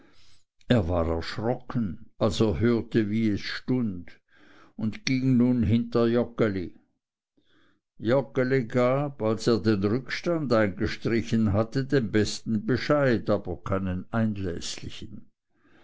er war erschrocken als er hörte wie es stund und ging nun hinter joggeli joggeli gab als er den rückstand eingestrichen hatte den besten bescheid aber keinen